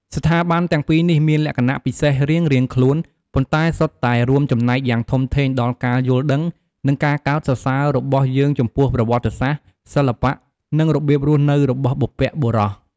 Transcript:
ស្ថាប័នទាំងពីរនេះមានលក្ខណៈពិសេសរៀងៗខ្លួន ប៉ុន្តែសុទ្ធតែរួមចំណែកយ៉ាងធំធេងដល់ការយល់ដឹង និងការកោតសរសើររបស់យើងចំពោះប្រវត្តិសាស្ត្រ សិល្បៈ និងរបៀបរស់នៅរបស់បុព្វបុរស។